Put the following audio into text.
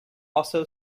also